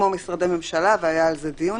כמו משרדי ממשלה והיה על זה דיון